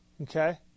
Okay